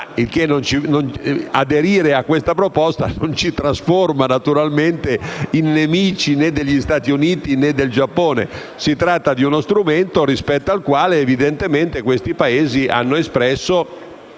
Aderire a questa proposta non ci trasforma in nemici né degli Stati Uniti né del Giappone. Si tratta di uno strumento rispetto al quale quei Paesi hanno espresso